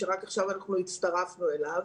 שרק עכשיו הצטרפנו אליו,